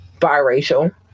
biracial